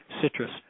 citrus